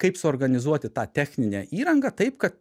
kaip suorganizuoti tą techninę įrangą taip kad